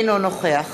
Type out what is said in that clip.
אינו נוכח